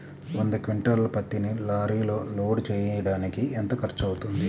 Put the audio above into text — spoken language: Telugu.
వంద క్వింటాళ్ల పత్తిని లారీలో లోడ్ చేయడానికి ఎంత ఖర్చవుతుంది?